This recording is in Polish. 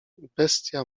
bestia